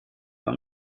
war